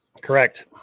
Correct